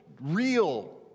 real